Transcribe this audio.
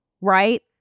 right